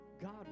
God